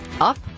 up